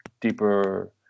deeper